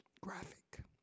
graphic